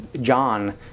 John